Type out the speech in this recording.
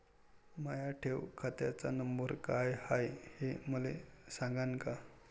माया ठेव खात्याचा नंबर काय हाय हे मले सांगान का?